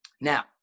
Now